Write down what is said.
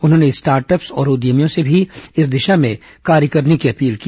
उन्होंने स्टार्टअप्स और उद्यमियों से भी इस दिशा में कार्य करने की अपील की